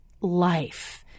life